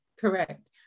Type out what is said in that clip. correct